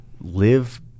live